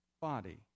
body